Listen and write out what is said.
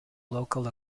local